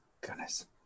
goodness